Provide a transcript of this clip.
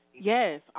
Yes